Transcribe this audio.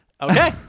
Okay